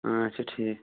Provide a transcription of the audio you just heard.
اَچھا ٹھیٖک